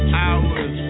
hours